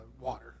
water